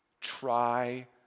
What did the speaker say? try